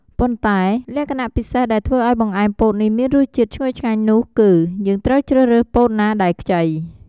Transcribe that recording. ប៉ុន្តែ លក្ខណៈពិសេសដែលធ្វើឱ្យបង្អែមពោតនេះមានរសជាតិឈ្ងុយឆ្ងាញ់នោះគឺ យើងត្រូវជ្រើសរើសពោតណាដែលខ្ចី។